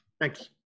Thanks